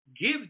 give